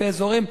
לפי אזורים,